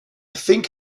think